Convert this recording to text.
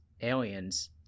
aliens